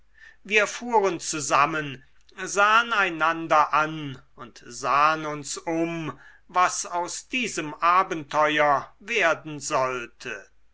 wir fuhren zusammen sahen einander an und sahen uns um was aus diesem abenteuer werden sollte